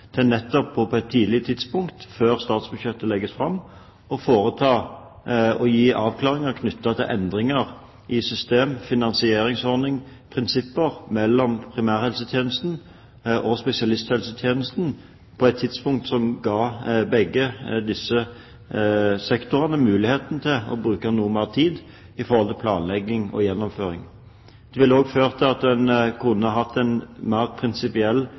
til nettopp på et tidlig tidspunkt, før statsbudsjettet legges fram, å foreta og gi avklaringer knyttet til endringer i system, finansieringsordning, prinsipper mellom primærhelsetjenesten og spesialisthelsetjenesten på et tidspunkt som ga begge disse sektorene mulighet til å bruke noe mer tid på planlegging og gjennomføring. Det ville også ført til at en kunne hatt en mer prinsipiell